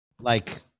like-